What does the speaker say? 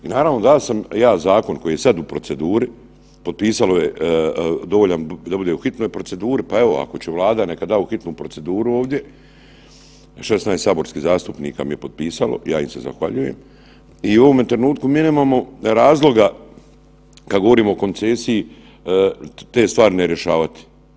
I naravno dao sam ja zakon koji je sad u proceduri, potpisalo je dovoljan da bude u hitnoj proceduri, pa evo ako će Vlada neka da u hitnu proceduru ovdje, 16 saborskih zastupnika mi je potpisalo, ja im se zahvaljujem i u ovome trenutku mi nemamo razloga kad govorimo o koncesiji te stvari ne rješavati.